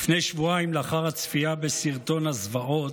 לפני שבועיים, לאחר הצפייה בסרטון הזוועות,